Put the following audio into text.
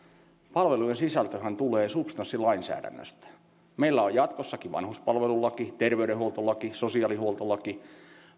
palvelujen sisältöhän tulee substanssilainsäädännöstä meillä on jatkossakin vanhuspalvelulaki terveydenhuoltolaki sosiaalihuoltolaki